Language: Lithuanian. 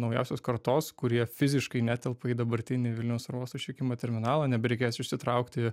naujausios kartos kurie fiziškai netelpa į dabartinį vilniaus oro uosto išvykimo terminalą nebereikės išsitraukti